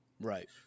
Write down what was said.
Right